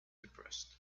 depressed